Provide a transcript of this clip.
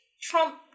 Trump